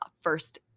first